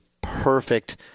perfect